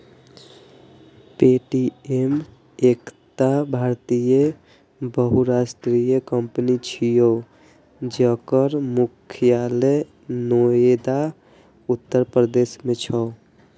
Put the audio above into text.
Paytm एकटा भारतीय बहुराष्ट्रीय कंपनी छियै, जकर मुख्यालय नोएडा, उत्तर प्रदेश मे छै